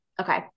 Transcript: Okay